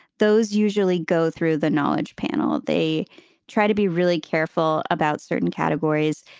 those usually go through the knowledge panel. they try to be really careful about certain categories.